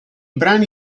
brani